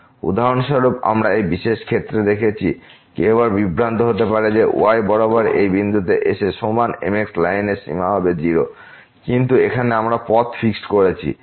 উদাহরণস্বরূপ আমরা এই বিশেষ ক্ষেত্রে দেখেছি কেউ আবার বিভ্রান্ত হতে পারে যে yবরাবর এই বিন্দুতে এসে সমান mx লাইনের সীমা হবে 0 কিন্তু এখানে আমরা পথ ফিক্সড করেছি